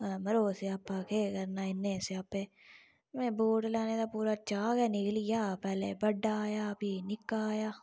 मड़ो स्यापा केह् करना इन्ने स्यापे मेरा बूट लैने दा पूरा चाह् गै निकली गेआ बड़ा आया फ्ही निक्का आया